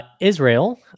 Israel